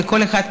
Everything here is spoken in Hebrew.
כל אחד,